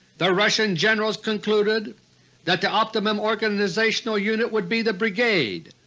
the russian generals concluded that the optimum organizational unit would be the brigade,